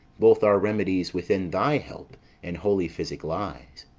both our remedies within thy help and holy physic lies.